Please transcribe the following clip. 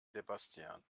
sebastian